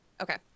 Okay